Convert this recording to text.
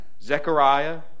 Zechariah